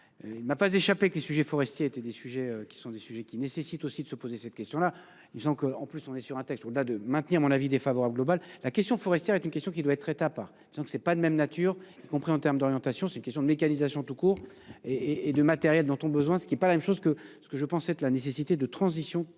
Il m'a pas échappé que les sujets forestier étaient des sujets qui sont des sujets qui nécessitent aussi de se poser cette question là. Disons qu'en plus on est sur un texte au-delà de maintenir mon avis défavorable globale la question forestière est une question qui doit être prête à part. Disons que ce n'est pas de même nature, y compris en termes d'orientation. C'est une question de mécanisation tout court et et de matériel dont ont besoin, ce qui n'est pas la même chose que ce que je pensais la nécessité de transition